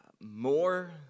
more